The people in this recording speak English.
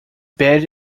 buried